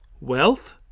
wealth